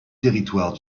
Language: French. territoire